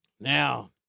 Now